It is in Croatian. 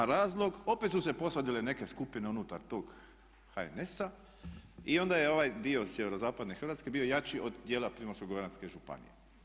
A razlog, opet su se posvađale neke skupine unutar tog HNS-a i onda je ovaj dio sjeverozapadne Hrvatske bio jači od dijela Primorsko-goranske županije.